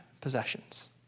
possessions